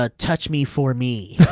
ah touch me for me.